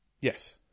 Yes